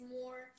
more